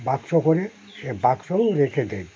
বাক্স করে এ বাক্সও রেখে দেয়